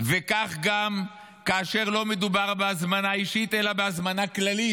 וכך גם כאשר לא מדובר בהזמנה אישית אלא בהזמנה כללית,